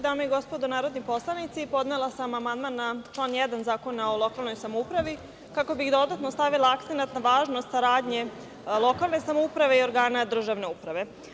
Dame i gospodo narodni poslanici, podnela sam amandman na član 1. Zakona o lokalnoj samoupravi, kako bih dodatno stavila akcenat na važnost saradnje lokalne samouprave i organa državne uprave.